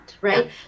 right